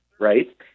right